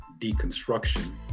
deconstruction